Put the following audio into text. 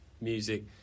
music